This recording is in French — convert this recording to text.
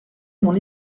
mon